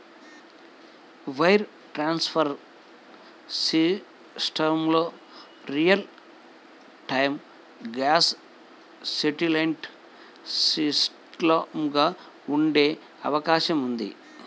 wire transfer సిస్టమ్లు real time gross settlement సిస్టమ్లుగా ఉండే అవకాశం ఉంది